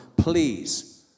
please